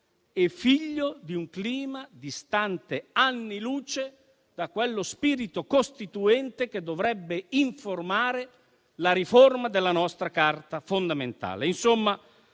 e figlio di un clima distante anni luce dallo spirito costituente che dovrebbe informare la riforma della nostra Carta fondamentale.